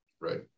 Right